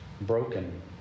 broken